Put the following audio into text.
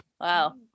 Wow